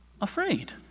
afraid